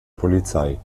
polizei